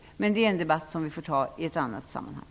Men det är en debatt som vi får ta i ett annat sammanhang.